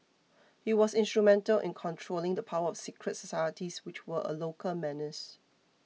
he was instrumental in controlling the power of secret societies which were a local menace